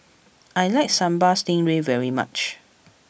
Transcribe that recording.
I like Sambal Stingray very much